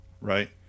right